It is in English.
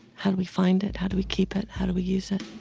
how do we find it? how do we keep it? how do we use it?